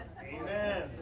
Amen